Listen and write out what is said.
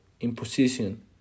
imposition